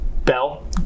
Bell